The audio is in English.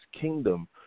kingdom